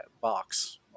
box